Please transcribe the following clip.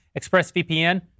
ExpressVPN